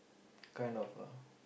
kind of a